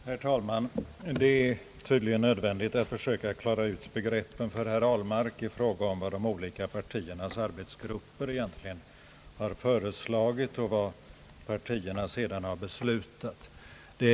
Herr talman! Det är tydligen nödvändigt att försöka klara ut begreppen för herr Ahlmark i fråga om vad de olika partiernas arbetsgrupper egentligen föreslagit och vad partierna sedan beslutat.